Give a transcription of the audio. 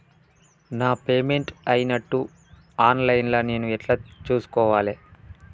నా పేమెంట్ అయినట్టు online లా నేను ఎట్ల చూస్కోవాలే?